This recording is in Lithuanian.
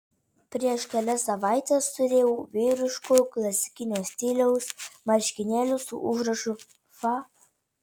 prieš kelias savaites turėjau vyriškų klasikinio stiliaus marškinėlių su užrašu fa